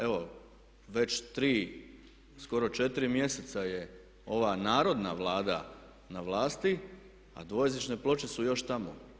Evo već tri, skoro četiri mjeseca je ova narodna Vlada na vlasti, a dvojezične ploče su još tamo.